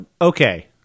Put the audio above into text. Okay